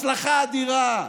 הצלחה אדירה,